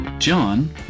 John